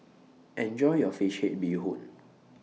Enjoy your Fish Head Bee Hoon